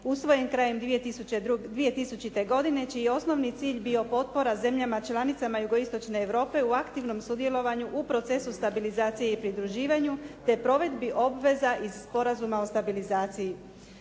usvojen krajem 2000. godine čiji je osnovni cilj bio potpora zemljama članicama Jugo-istočne Europske u aktivnom sudjelovanju u procesu stabilizacije i pridruživanju te provedbi obveza iz Sporazuma o stabilizaciji.